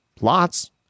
lots